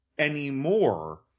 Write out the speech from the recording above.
Anymore